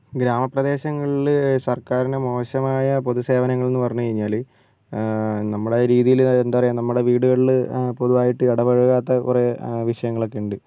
ഗ്രാമപ്രദേശങ്ങളിൽ സർക്കാരിന് മോശമായ പൊതുസേവനങ്ങൾന്നു പറഞ്ഞുകഴിഞ്ഞാൽ ആ നമ്മുടെ രീതിയിൽ എന്താപറയാ നമ്മുടെ വീടുകളിൽ പൊതുവായിട്ട് ഇടപഴകാത്ത കുറെ ആ വിഷയങ്ങളൊക്കെയുണ്ട്